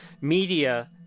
media